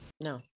No